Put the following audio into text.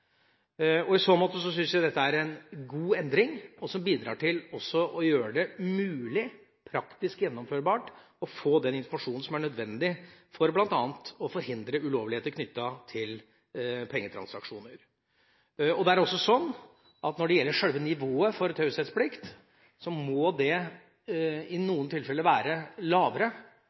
klienter. I så måte syns jeg dette er en god endring som også bidrar til å gjøre det mulig og praktisk gjennomførbart å få den informasjonen som er nødvendig for bl.a. å forhindre ulovligheter knyttet til pengetransaksjoner. Det er også sånn at når det gjelder sjølve nivået for taushetsplikt, må det i noen tilfeller være lavere